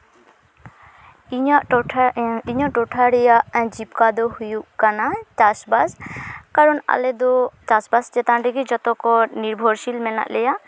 ᱤᱧᱟᱹᱜ ᱴᱚᱴᱷᱟ ᱤᱧᱟᱹᱜ ᱴᱚᱴᱷᱟ ᱨᱮᱭᱟᱜ ᱡᱤᱵᱤᱠᱟ ᱫᱚ ᱦᱩᱭᱩᱜ ᱠᱟᱱᱟ ᱪᱟᱥᱼᱵᱟᱥ ᱠᱟᱨᱚᱱ ᱟᱞᱮ ᱫᱚ ᱪᱟᱥᱼᱵᱟᱥ ᱪᱮᱛᱟᱱ ᱨᱮᱜᱮ ᱡᱚᱛᱚ ᱠᱚ ᱱᱤᱨᱵᱷᱚᱨᱥᱤᱞ ᱢᱮᱱᱟᱜ ᱞᱮᱭᱟ